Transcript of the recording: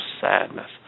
sadness